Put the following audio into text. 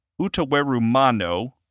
Utawerumano